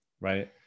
right